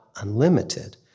unlimited